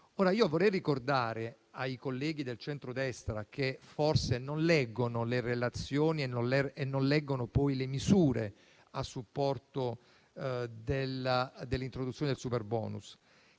Vorrei ricordare ai colleghi del centrodestra, che forse non leggono le relazioni e non leggono le misure a supporto dell'introduzione del superbonus,